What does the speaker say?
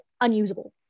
unusable